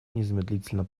незамедлительно